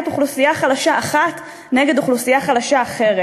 אוכלוסייה חלשה אחת נגד אוכלוסייה חלשה אחרת.